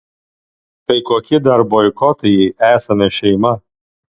tai kokie dar boikotai jei esame šeima